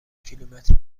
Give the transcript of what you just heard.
کیلومتر